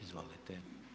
Izvolite.